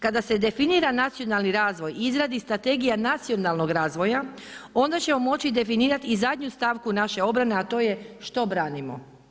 Kada se definira nacionalni razvoj i izradi Strategija nacionalnog razvoja onda ćemo moći definirati i zadnju stavku naše obrane a to je što branimo.